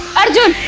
i do?